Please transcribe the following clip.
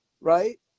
right